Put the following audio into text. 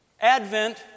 Advent